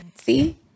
See